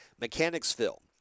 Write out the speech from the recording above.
Mechanicsville